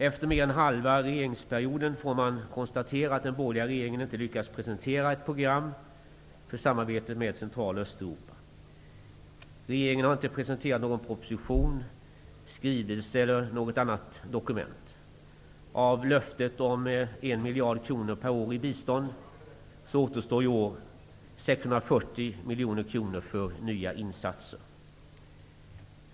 Efter mer än halva regeringsperioden kan man konstatera att den borgerliga regeringen inte har lyckats presentera ett program för samarbete med Central och Östeuropa. Regeringen har inte avlämnat någon proposition, skrivelse eller annat dokument. Av löftet om 1 miljard kronor per år i bistånd återstår i år 640 miljoner kronor för nya insatser.